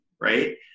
right